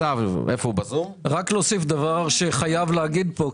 רק נוסיף דבר שחייבים להגיד פה,